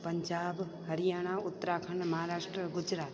Punjab Haryana Uttarakhand Maharashtra Gujarat